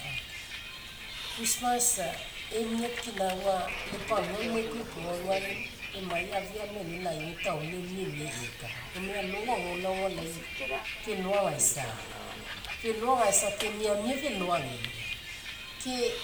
Ok. Christmas emia kinagai lai pagua aumai koa iopoga lai emai afeai number e'ela lai oi taoni aumi emiai eka. Gome alolgo ago lao aga lai felo agaisa. Felo agaisa ke miamia felo agemia. Ke